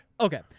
Okay